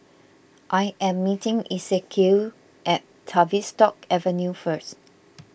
I am meeting Esequiel at Tavistock Avenue first